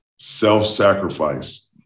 self-sacrifice